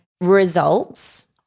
results